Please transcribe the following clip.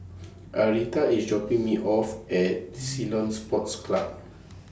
Arietta IS dropping Me off At Ceylon Sports Club